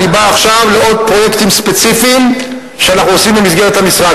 אני בא עכשיו לעוד פרויקטים ספציפיים שאנחנו עושים במסגרת המשרד,